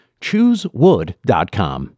ChooseWood.com